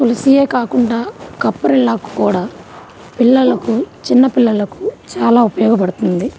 తులసియే కాకుండా కప్రిల్లాకు కూడా పిల్లలకు చిన్న పిల్లలకు చాలా ఉపయోగపడుతుంది